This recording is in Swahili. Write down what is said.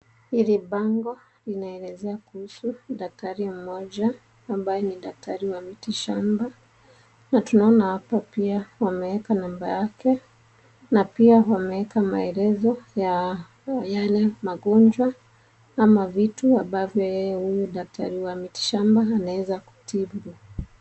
Hili bango linaelezea kuhusu daktari mmoja ambaye ni daktari wa miti shamba na tunaona hapo pia wameeka namba yake na pia wameeka maelezo ya yale magonjwa ama vitu ambavyo yeye huyu daktari wa miti shamba anaeza kutibu.